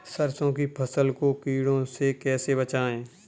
सरसों की फसल को कीड़ों से कैसे बचाएँ?